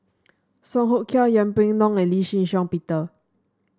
Song Hoot Kiam Yeng Pway Ngon and Lee Shih Shiong Peter